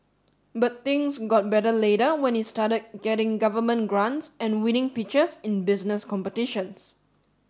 but things got better later when he started getting government grants and winning pitches in business competitions